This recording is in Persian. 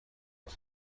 کار